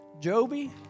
Jovi